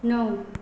नौ